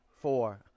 four